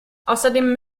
außerdem